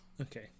Okay